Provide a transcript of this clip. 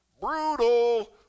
brutal